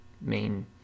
main